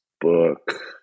book